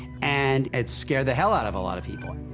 and it scared the hell out of a lot of people.